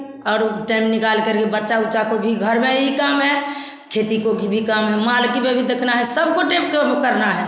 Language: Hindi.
और टाइम निकाल करके बच्चा उच्चा को भी घर में यही काम है खेती को भी यही काम है माल को भी देखना है सबको डेबकर देखना है